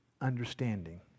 understanding